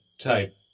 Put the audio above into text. type